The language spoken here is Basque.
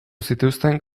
zituzten